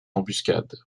embuscade